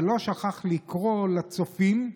אבל לא שכח לקרוא לצופים,